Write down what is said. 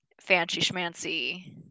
fancy-schmancy